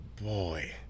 boy